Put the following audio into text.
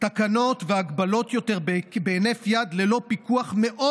תקנות והגבלות בהינף יד ללא פיקוח מאוד